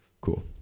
Cool